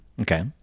Okay